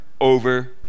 over